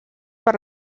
per